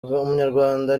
umunyarwanda